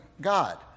God